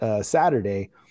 Saturday